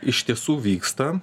iš tiesų vyksta